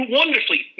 wonderfully